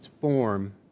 form